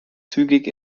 zügig